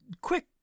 quick